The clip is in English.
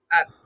up